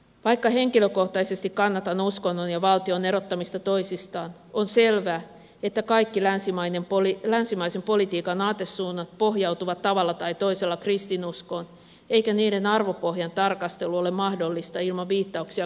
vaikka henkilökohtaisesti kannatan uskonnon ja valtion erottamista toisistaan on selvää että kaikki länsimaisen politiikan aatesuunnat pohjautuvat tavalla tai toisella kristinuskoon eikä niiden arvopohjan tarkastelu ole mahdollista ilman viittauksia kristilliseen traditioon